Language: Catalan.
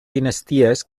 dinasties